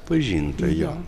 pažinta jo